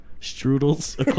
strudels